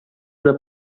una